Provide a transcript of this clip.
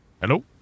Hello